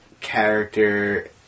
character